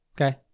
Okay